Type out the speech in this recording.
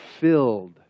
filled